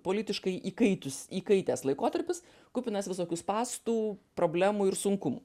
politiškai įkaitus įkaitęs laikotarpis kupinas visokių spąstų problemų ir sunkumų